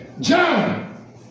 John